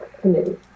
committee